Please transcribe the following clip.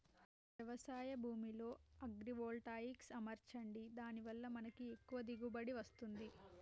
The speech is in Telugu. మన వ్యవసాయ భూమిలో అగ్రివోల్టాయిక్స్ అమర్చండి దాని వాళ్ళ మనకి ఎక్కువ దిగువబడి వస్తుంది